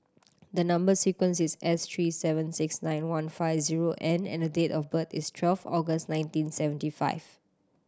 the number sequence is S three seven six nine one five zero N and the date of birth is twelve August nineteen seventy five